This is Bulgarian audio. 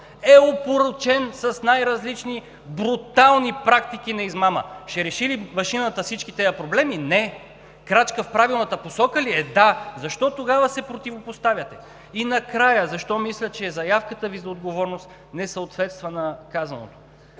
е опорочен с най-различни брутални практики на измама. Ще реши ли машината всички тези проблеми? Не! Крачка в правилната посока ли е? Да! Защо тогава се противопоставяте? И накрая, защо мисля, че заявката Ви за отговорност не съответства на казаното.